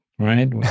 right